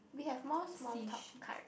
we have more small talk card